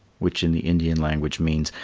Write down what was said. which in the indian language means,